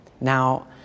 Now